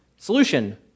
Solution